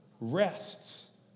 rests